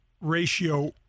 ratio